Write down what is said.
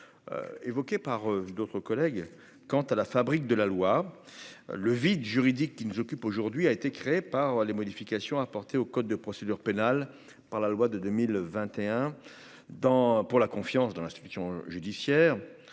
évoqué par d'autres collègues, quant à la fabrique de la loi, le vide juridique qui nous occupe aujourd'hui a été crée par les modifications apportées au code de procédure pénale, par la loi de 2021 dans pour la confiance dans l'institution judiciaire